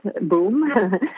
Boom